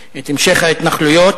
את המשך ההתנחלויות,